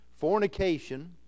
fornication